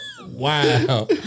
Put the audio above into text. Wow